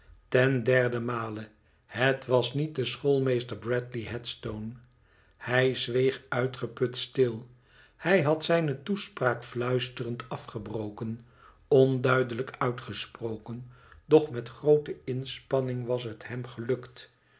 ten derden inale het was niet de schoolmeester bradley headstone hij zweeg uitgeput stil hij had zijne toespraak fluisterend afgebroken onduidelijk uitgesproken doch met groote inspanning was het hem gelukt